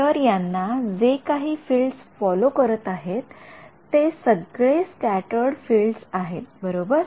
तर यांना जे काही फील्ड्स फॉलो करत आहेत ते सगळे स्क्याटर्ड फील्ड्स आहेत बरोबर